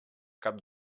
cap